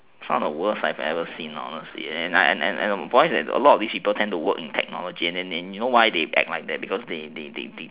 it's not the worst I ever seen lah honestly and point is that a lot of these people tends to work in the technology and and you know why they act like that because they they